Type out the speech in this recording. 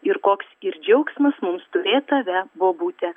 ir koks ir džiaugsmas mums turėt tave bobute